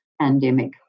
pandemic